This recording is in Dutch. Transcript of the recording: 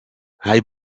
hij